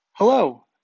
Hello